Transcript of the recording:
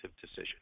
decision